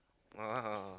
uh